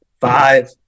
five